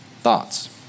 Thoughts